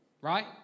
Right